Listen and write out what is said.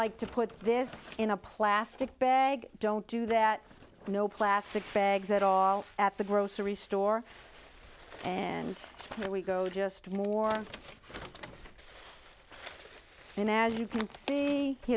like to put this in a plastic bag don't do that no plastic bags at all at the grocery store and there we go just more in as you can see